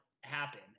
happen